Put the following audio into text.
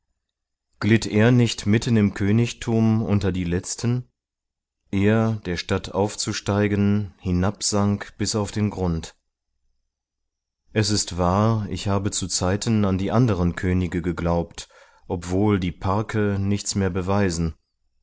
glitt er nicht mitten im königtum unter die letzten er der statt aufzusteigen hinabsank bis auf den grund es ist wahr ich habe zuzeiten an die anderen könige geglaubt obwohl die parke nichts mehr beweisen